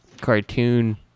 cartoon